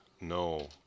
No